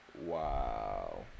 Wow